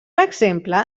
exemple